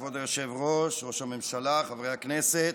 כבוד היושב-ראש, ראש הממשלה, חברי הכנסת,